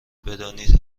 بدانید